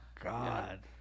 God